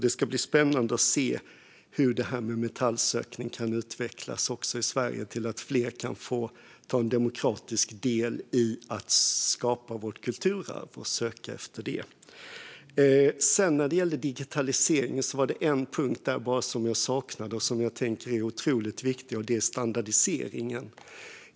Det ska bli spännande att se hur detta med metallsökning kan utvecklas i Sverige, så att fler kan få ta en demokratisk del i att skapa vårt kulturarv och söka efter det. När det gäller digitaliseringen var det bara en punkt som jag saknade och som jag tänker är otroligt viktig. Det är standardiseringen.